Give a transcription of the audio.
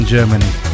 Germany